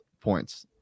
points